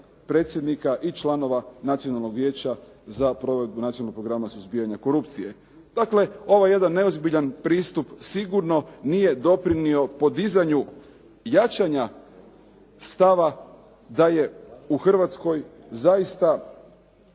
predsjednika i članova Nacionalnog vijeća za provedbu Nacionalnog programa suzbijanja korupcije. Dakle, ovaj jedan neozbiljan pristup sigurno nije doprinio podizanju jačanja stava da je u Hrvatskoj zaista